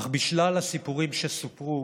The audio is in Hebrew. אך בשלל הסיפורים שסופרו